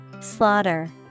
Slaughter